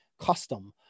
custom